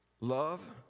Love